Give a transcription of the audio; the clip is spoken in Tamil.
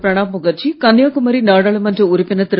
பிரணாப் முகர்ஜி கன்னியாகுமரி நாடாளுமன்ற உறுப்பினர் திரு